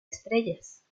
estrellas